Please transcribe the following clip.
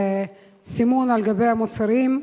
על סימון על גבי המוצרים.